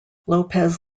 lopez